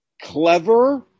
clever